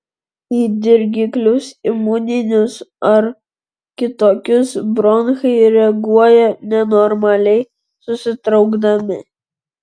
į dirgiklius imuninius ar kitokius bronchai reaguoja nenormaliai susitraukdami